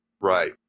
Right